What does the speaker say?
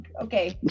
okay